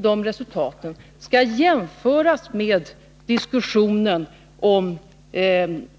De resultaten skall jämföras med diskussionen om